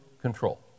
control